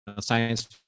science